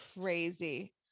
Crazy